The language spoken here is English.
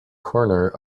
corner